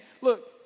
look